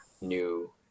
new